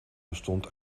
bestond